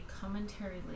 commentary